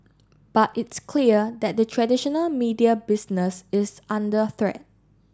but it's clear that the traditional media business is under threat